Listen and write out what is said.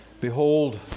behold